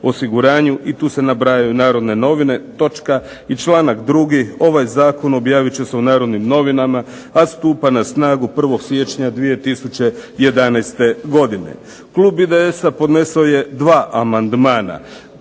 osiguranju, Narodne novine". I članak 2. "Ovaj zakon objavit će se u Narodnim novinama, a stupa na snagu 1. siječnja 2011. godine". Klub IDS-a je podnesao je dva amandmana.